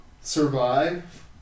survive